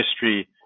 history